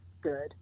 good